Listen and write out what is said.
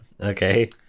Okay